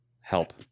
Help